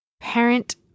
parent